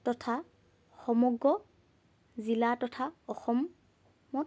তথা সমগ্ৰ জিলা তথা অসমত